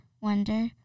wonder